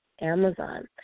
Amazon